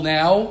now